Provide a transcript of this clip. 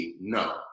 No